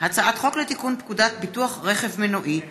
הצעת חוק לתיקון פקודת ביטוח רכב מנועי (מס'